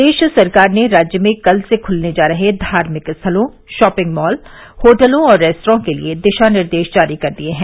प्रदेश सरकार ने राज्य में कल से खुलने जा रहे धार्मिक स्थलों शॉपिंग मॉल होटलों और रेस्त्रां के लिए दिशा निर्देश जारी कर दिये हैं